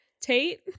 Tate